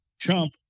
Trump